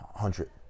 Hundred